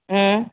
હમ